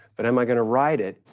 but am i gonna ride it?